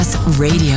Radio